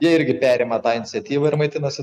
jie irgi perima tą iniciatyvą ir maitinasi